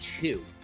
two